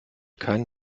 keinen